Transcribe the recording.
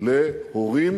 להורים